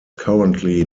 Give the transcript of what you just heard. currently